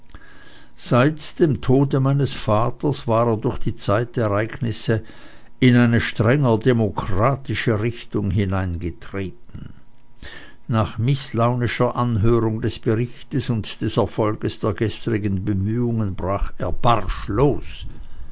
seit dem tode meines vaters war er durch die zeitereignisse in eine strenger demokratische richtung hineingetreten nach mißlaunischer anhörung des berichtes und des erfolges der gestrigen bemühungen brach er barsch los